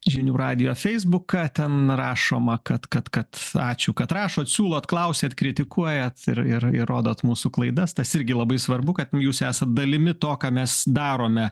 žinių radijo feisbuką ten rašoma kad kad kad ačiū kad rašot siūlot klausiat kritikuojat ir ir ir rodot mūsų klaidas tas irgi labai svarbu kad jūs esat dalimi to ką mes darome